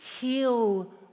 heal